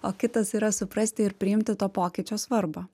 o kitas yra suprasti ir priimti to pokyčio svarbą